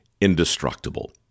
indestructible